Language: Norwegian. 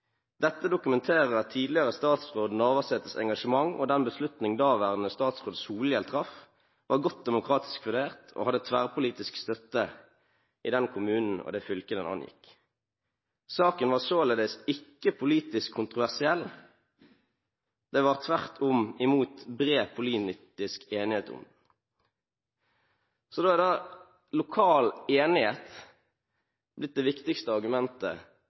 Dette dokumenterer at tidligere statsråd Navarsetes engasjement og den beslutning daværende statsråd Solhjell traff, var godt demokratisk fundert, og hadde tverrpolitisk støtte i den kommunen og det fylket den angikk. Saken var således ikke politisk kontroversiell, det var tvert imot bred politisk enighet om den.» Da er lokal enighet blitt det viktigste argumentet